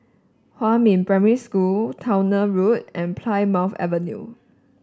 Huamin Primary School Towner Road and Plymouth Avenue